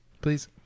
Please